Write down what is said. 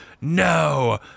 no